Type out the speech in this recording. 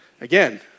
again